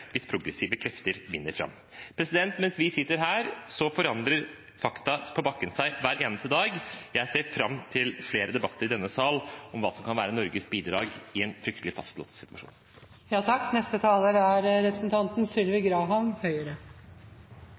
hvis progressive krefter vinner fram. Mens vi sitter her, forandrer fakta på bakken seg hver eneste dag. Jeg ser fram til flere debatter i denne sal om hva som kan være Norges bidrag i en fryktelig fastlåst situasjon. Interpellanten har tatt opp et viktig tema, for det at barn tiltales og dømmes i militære domstoler, er